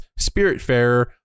Spiritfarer